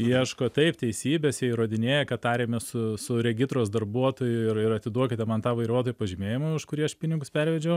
ieško taip teisybės jie įrodinėja kad tarėmės su su regitros darbuotoju ir ir atiduokite man tą vairuotojo pažymėjimą už kurį aš pinigus pervedžiau